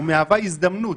ומהווה הזדמנות,